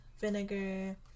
vinegar